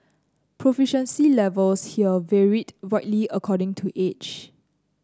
proficiency levels here varied widely according to age